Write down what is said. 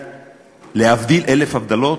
להבדיל אלף הבדלות,